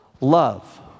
love